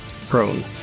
prone